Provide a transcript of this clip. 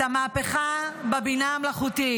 את המהפכה בבינה המלאכותית,